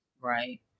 Right